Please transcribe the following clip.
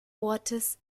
ortes